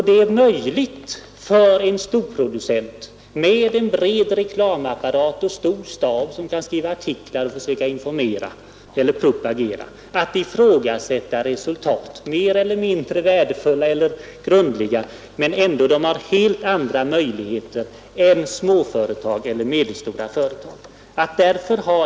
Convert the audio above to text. Det är möjligt för en stor producent med en bred reklamapparat och med en stor stab som kan skriva artiklar och propagera att ifrågasätta resultaten av undersökningar — hur värdefulla de är eller hur grundligt de än har utförts. Man har helt andra möjligheter än småföretag och medelstora företag att göra detta.